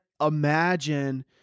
imagine